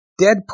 Deadpool